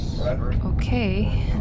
Okay